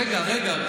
רגע, רגע.